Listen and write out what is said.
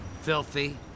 Filthy